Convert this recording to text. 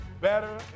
better